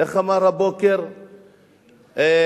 בוא,